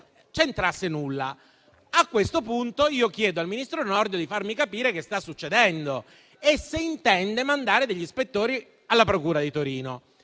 A questo punto, chiedo al ministro Nordio di farmi capire cosa sta succedendo e se intende mandare degli ispettori alla procura di Torino.